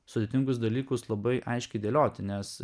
sudėtingus dalykus labai aiškiai dėlioti nes